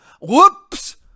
Whoops